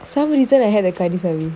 some reason I had a curry for you